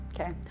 Okay